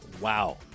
Wow